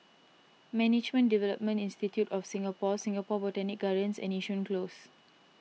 Management Development Institute of Singapore Singapore Botanic Gardens and Yishun Close